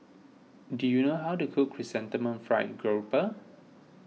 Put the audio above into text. do you know how to cook Chrysanthemum Fried